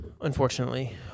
Unfortunately